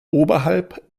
oberhalb